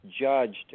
judged